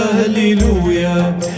hallelujah